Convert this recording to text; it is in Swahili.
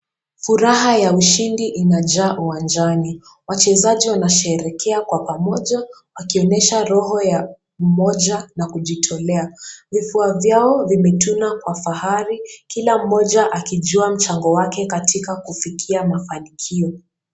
Furaha ya ushindi inakaa uwanjani. Wachezaji wanasherekea kwa pamoja wakionyesha roho ya umoja na kujitolea. Vifua vyao vimetuna kwa fahari, kila mmoja akijuwa mchango wake wa kufikia katika mafanikio